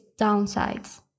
downsides